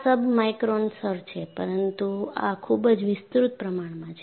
આ સબમાઈક્રોન સ્તર છે પરંતુ આ ખૂબ જ વિસ્તૃત પ્રમાણમાં છે